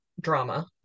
drama